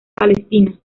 palestina